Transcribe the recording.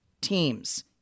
teams